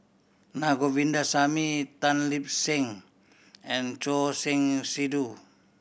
Naa Govindasamy Tan Lip Seng and Choor Singh Sidhu